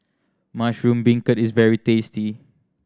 mushroom beancurd is very tasty